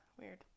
Weird